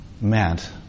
meant